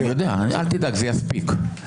אל תדאג, זה יספיק.